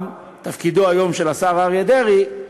תפקידו היום של השר אריה דרעי,